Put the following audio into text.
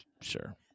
Sure